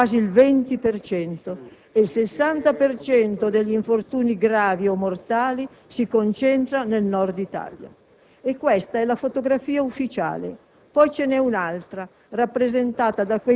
Di questi infortuni 444 sono avvenuti in Lombardia, quasi il 20 per cento, e il 60 per cento degli infortuni gravi o mortali si concentra nel Nord Italia.